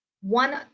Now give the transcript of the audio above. one